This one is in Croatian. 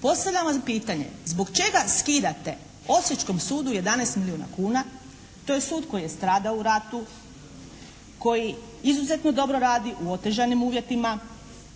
Postavljam vam pitanje zbog čega skidate osječkom sudu 11 milijuna kuna? To je sud koji je stradao u ratu, koji izuzetno dobro radi u otežanim uvjetima.